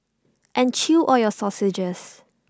and chew all your sausages